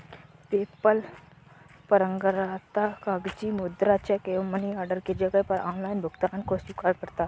PayPal परंपरागत कागजी मुद्रा, चेक एवं मनी ऑर्डर के जगह पर ऑनलाइन भुगतान को स्वीकार करता है